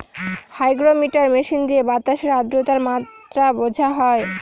hygrometer machine দিয়ে বাতাসের আদ্রতার মাত্রা বোঝা হয়